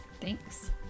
Thanks